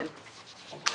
כן.